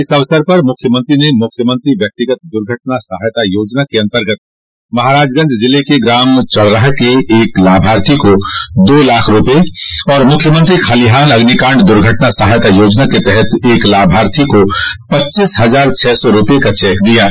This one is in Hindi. इस अवसर पर मुख्यमंत्री न मुख्यमंत्री व्यक्तिगत दुर्घटना सहायता योजना के अन्तर्गत महराजगंज जिले के ग्राम चड़रहा के एक लाभार्थी को दो लाख रूपये तथा मुख्यमंत्री खलिहान अग्निकाण्ड दुर्घटना सहायता योजना के तहत एक लाभार्थी को पच्चीस हजार छह सौ रूपये का चक प्रदान किया